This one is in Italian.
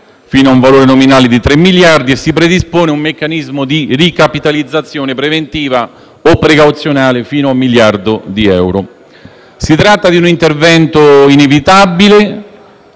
Si tratta di un intervento inevitabile,